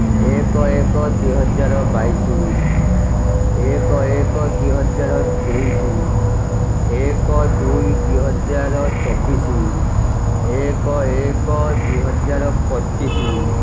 ଏକ ଏକ ଦୁଇ ହଜାର ବାଇଶି ଏକ ଏକ ଦୁଇ ହଜାର ତେଇଶି ଏକ ଦୁଇ ଦୁଇ ହଜାର ଚବିଶି ଏକ ଏକ ଦୁଇ ହଜାର ପଚିଶି